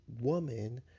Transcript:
woman